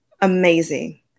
amazing